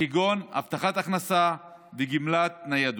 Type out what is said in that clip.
כגון הבטחת הכנסה וגמלת ניידות,